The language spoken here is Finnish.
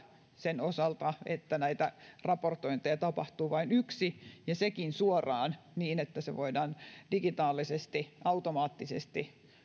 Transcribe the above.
sen osalta että näitä raportointeja tapahtuu vain yksi ja sekin suoraan niin että se voidaan digitaalisesti automaattisesti